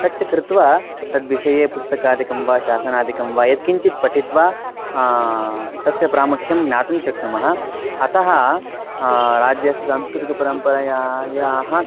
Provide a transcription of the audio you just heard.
तच्च कृत्वा तद्विषये पुस्तकादिकं वा शासनादिकं वा यत्किञ्चित् पठित्वा तस्य प्रामुख्यं ज्ञातुं शक्नुमः अतः राज्यस्य सांस्कृतिकपरम्परायाः